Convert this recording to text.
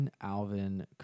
Alvin